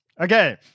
Okay